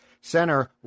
center